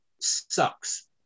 sucks